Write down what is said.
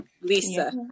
Lisa